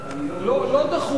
אני לא בטוח,